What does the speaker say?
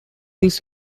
this